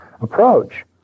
approach